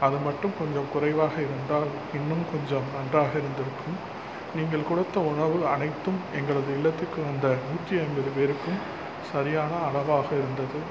அது மட்டும் கொஞ்சம் குறைவாக இருந்தால் இன்னும் கொஞ்சம் நன்றாக இருந்திருக்கும் நீங்கள் குடுத்த உணவு அனைத்தும் எங்களது இல்லத்திற்கு வந்த நூற்றி ஐம்பது பேருக்கும் சரியான அளவாக இருந்தது